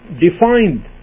defined